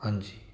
ਹਾਂਜੀ